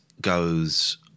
goes